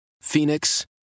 Phoenix